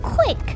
Quick